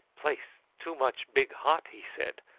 place too much big hot, he said.